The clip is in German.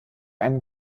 einen